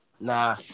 Nah